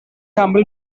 humble